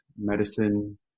medicine